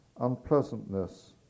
unpleasantness